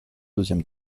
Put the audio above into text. deuxième